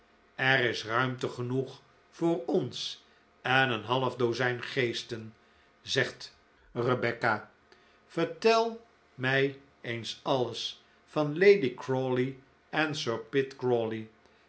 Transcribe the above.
er is ruimte genoeg voor ons en een half dozijn geesten zegt rebecca vertel mij eens alles van lady crawley en